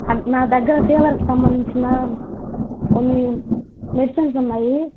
నా దగ్గర ఫీవర్కి సంబంధించిన కొన్ని మెడిసిన్సు ఉన్నాయి